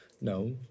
No